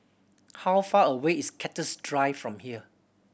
how far away is Cactus Drive from here